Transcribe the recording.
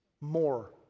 more